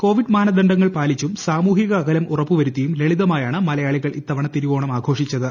Covid മാനദണ്ഡങ്ങൾ പാലിച്ചും സാമൂഹിക അകലം ഉറപ്പൂവരുത്തിയും ലളിതമായാണ് മലയാളികൾ ഇത്തവണ തിരുവോണം ആഘോഷിച്ചത്